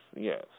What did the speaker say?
yes